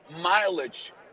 mileage